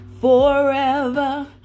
forever